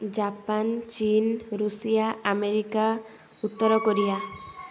Japan China Russia America ଉତ୍ତର Korea